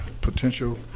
potential